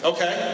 Okay